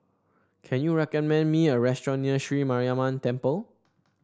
can you recommend me a restaurant near Sri Mariamman Temple